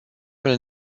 will